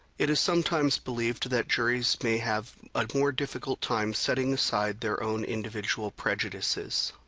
it is sometimes believed that juries may have a more difficult time setting aside their own individual prejudices.